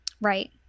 right